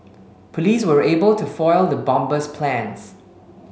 police were able to foil the bomber's plans